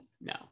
no